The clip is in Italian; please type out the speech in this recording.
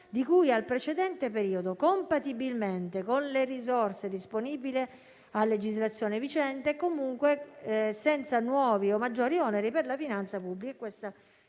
di cui al precedente periodo compatibilmente con le risorse disponibili a legislazione vigente e, comunque, senza nuovi o maggiori oneri per la finanza pubblica».